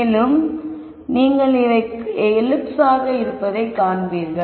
மேலும் நீங்கள் இவை எல்லிப்ஸ் ஆக இருப்பதை காண்பீர்கள்